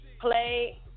play